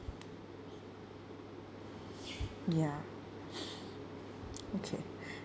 ya okay